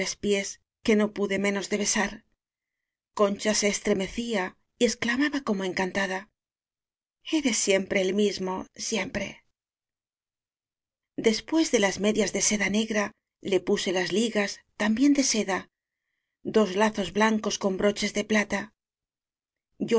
pies que no pude menos de besar concha se estremecía y exclamaba como encantada eres siempre el mismo siempre después de las medias de seda negra le puse las ligas también de seda dos lazos blancos con broches de plata